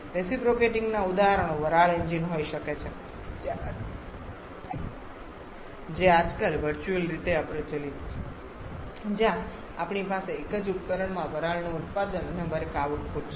રેસીપ્રોકેટીંગના ઉદાહરણો વરાળ એન્જિન હોઈ શકે છે જે છે આજકાલ વર્ચ્યુઅલ રીતે અપ્રચલિત છે જ્યાં આપણી પાસે એક જ ઉપકરણમાં વરાળનું ઉત્પાદન અને વર્ક આઉટપુટ છે